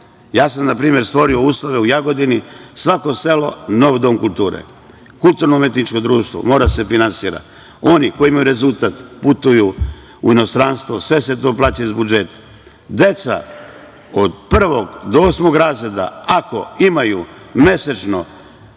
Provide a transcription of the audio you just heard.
Ja sam, na primer, stvorio uslove u Jagodini, svako selo – nov dom kulture. Kulturno umetničko društvo mora da se finansira. Oni koji imaju rezultat putuju u inostranstvo, sve se to plaća iz budžeta. Deca od prvog do osmog razreda, ako imaju mesečno